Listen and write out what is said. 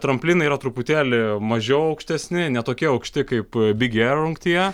tramplynai yra truputėlį mažiau aukštesni ne tokie aukšti kaip big ėr rungtyje